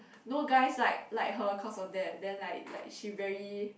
no guys like like her cause of that then like like she very